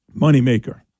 Moneymaker